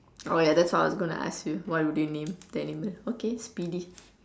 orh ya that's what I was gonna ask you what would you name the animal okay speedy